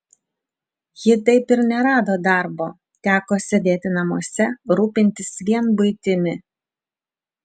ji taip ir nerado darbo teko sėdėti namuose rūpintis vien buitimi